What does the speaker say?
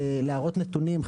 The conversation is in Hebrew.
להראות נתונים,